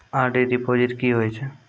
RD deposit की होय छै?